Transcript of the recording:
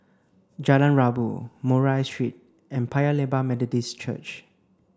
Jalan Rabu Murray Street and Paya Lebar Methodist Church